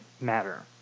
matter